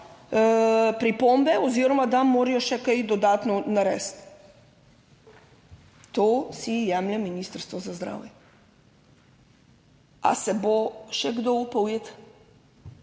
pripombe oziroma da morajo še kaj dodatno narediti. To si jemlje Ministrstvo za zdravje. Ali se bo še kdo upal